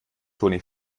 toni